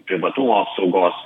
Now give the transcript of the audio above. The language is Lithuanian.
privatumo apsaugos